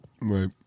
Right